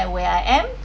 where I am